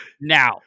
Now